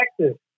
Texas